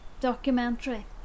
documentary